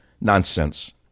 Nonsense